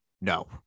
no